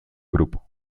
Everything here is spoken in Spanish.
grupo